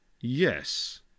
Yes